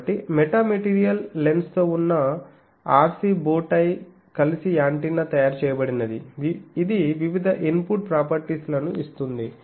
కాబట్టి మెటామెటీరియల్ లెన్స్తో ఉన్న RC బో టై కలిసి యాంటెన్నా తయారు చేయబడినది ఇది వివిధ ఇన్పుట్ ప్రాపర్టీస్ లను ఇస్తుంది